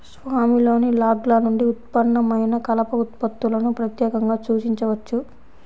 స్వామిలోని లాగ్ల నుండి ఉత్పన్నమైన కలప ఉత్పత్తులను ప్రత్యేకంగా సూచించవచ్చు